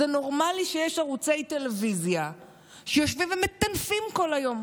זה נורמלי שיש ערוצי טלוויזיה שיושבים ומטנפים כל היום.